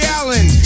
Allen